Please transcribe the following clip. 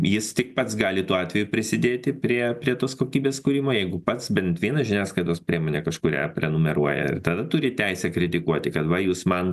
jis tik pats gali tuo atveju prisidėti prie prie tos kokybės kūrimo jeigu pats bent vieną žiniasklaidos priemonę kažkurią prenumeruoja ir tada turi teisę kritikuoti kad va jūs man